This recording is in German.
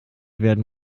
werden